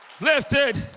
lifted